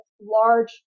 large